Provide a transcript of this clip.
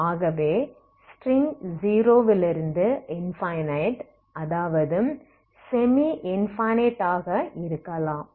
ஆகவே ஸ்ட்ரிங் 0 விலிருந்து இன்பனைட் அதாவது செமி இன்பனைட் ஆக இருக்கலாம்